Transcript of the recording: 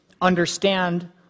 understand